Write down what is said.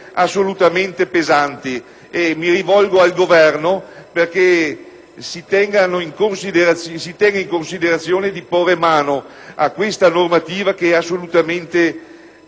assolutamente pesanti e mi rivolgo al Governo perché si tenga in considerazione di porre mano a questa normativa che è assolutamente stringente